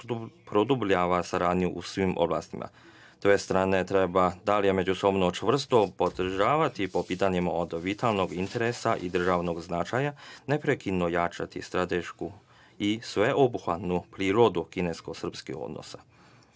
produbljava saradnju u svim oblastima. Dve strane treba i dalje međusobno čvrsto podržavati po pitanjima od vitalnog interesa i državnog značaja, neprekidno jačati stratešku i sveobuhvatnu prirodu kinesko-srpskih odnosa.